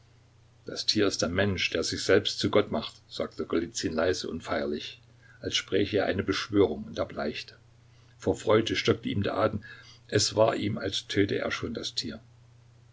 das tier ist der mensch der sich selbst zu gott macht sagte golizyn leise und feierlich als spräche er eine beschwörung und erbleichte vor freude stockte ihm der atem es war ihm als töte er schon das tier